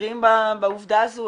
מכירים בעובדה הזו?